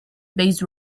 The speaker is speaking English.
based